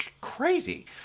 crazy